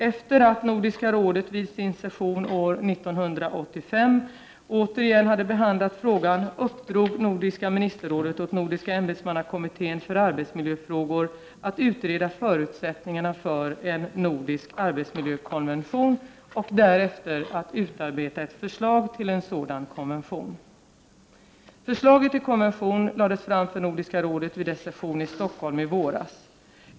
Efter det att Nordiska rådet vid sin session år 1985 ånyo hade behandlat frågan uppdrog Nordiska ministerrådet åt Nordiska ämbetsmannakommittén för arbetsmiljöfrågor att utreda förutsättningarna för en nordisk arbetsmiljökonvention och därefter att utarbeta ett förslag till en sådan konvention. Förslaget till konvention lades fram för Nordiska rådet vid dess session i Stockholm i våras.